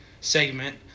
segment